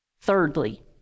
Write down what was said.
Thirdly